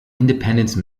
independence